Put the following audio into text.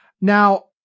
now